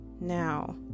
Now